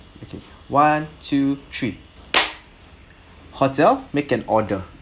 okay one two three hotel make an order